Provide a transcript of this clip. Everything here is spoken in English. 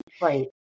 Right